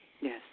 Yes